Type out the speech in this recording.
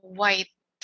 white